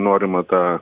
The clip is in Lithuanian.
norima tą